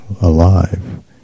alive